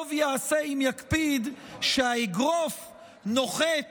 טוב יעשה אם יקפיד שהאגרוף נוחת